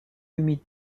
humides